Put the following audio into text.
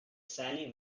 sally